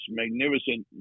magnificent